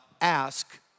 ask